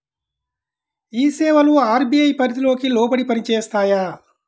ఈ సేవలు అర్.బీ.ఐ పరిధికి లోబడి పని చేస్తాయా?